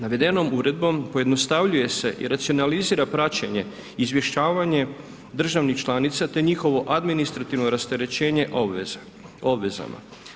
Navedenom uredbom pojednostavljuje se i racionalizira praćenje, izvješćivanje država članica te njihovo administrativno rasterećenje obvezama.